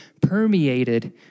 permeated